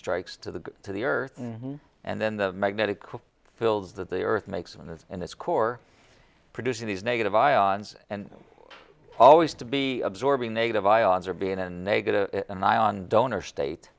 strikes to the to the earth and then the magnetic fields that the earth makes and that's in its core producing these negative ions and always to be absorbing negative ions or being a negative and ion donor state